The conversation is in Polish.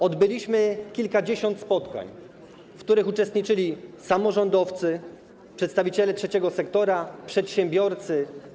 Odbyliśmy kilkadziesiąt spotkań, w których uczestniczyli samorządowcy, przedstawiciele trzeciego sektora, przedsiębiorcy.